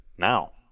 now